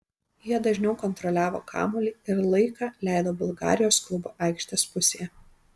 jie dažniau kontroliavo kamuolį ir laiką leido bulgarijos klubo aikštės pusėje